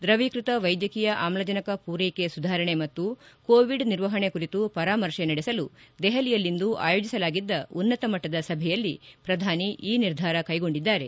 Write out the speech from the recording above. ದ್ರವೀಕೃತ ವೈದ್ಯಕೀಯ ಆಮ್ಲಜನಕ ಪೂರ್ಲೆಕೆ ಸುಧಾರಣೆ ಮತ್ತು ಕೋವಿಡ್ ನಿರ್ವಹಣೆ ಕುರಿತು ಪರಾಮರ್ಶೆ ನಡೆಸಲು ದೆಹಲಿಯಲ್ಲಿಂದು ಆಯೋಜಿಸಲಾಗಿದ್ದ ಉನ್ನತ ಮಟ್ಟದ ಸಭೆಯಲ್ಲಿ ಪ್ರಧಾನಿ ಈ ನಿರ್ಧಾರ ಕ್ಷೆಗೊಂಡಿದ್ದಾರೆ